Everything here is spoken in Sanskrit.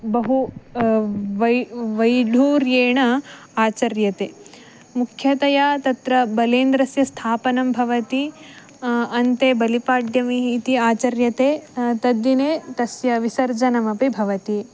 बहु वै वैडूर्येण आचर्यते मुख्यतया तत्र बलेन्द्रस्य स्थापनं भवति अन्ते बलिपाड्यमिः इति आचर्यते तद्दिने तस्य विसर्जनमपि भवति